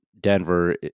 Denver